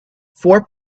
four